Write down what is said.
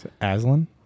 Aslan